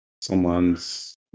someone's